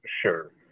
Sure